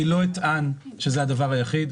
אני לא אטען שזה הדבר היחיד.